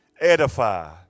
edify